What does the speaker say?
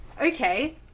Okay